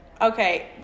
Okay